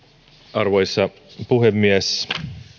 arvoisa puhemies